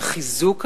על חיזוק המדינה.